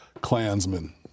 Klansmen